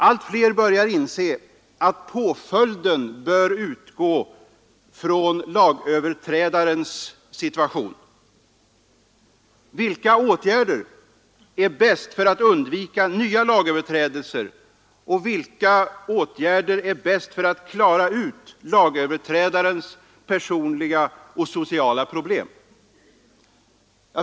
Allt fler börjar inse att påföljden bör utgå från lagöverträdarens situation. Vilka åtgärder är bäst för att undvika nya lagöverträdelser och vilka åtgärder är bäst för att klara ut lagöverträdarens personliga och sociala problem?